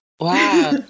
Wow